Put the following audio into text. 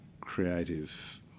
creative